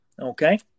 okay